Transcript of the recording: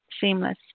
Seamless